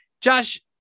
Josh